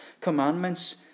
commandments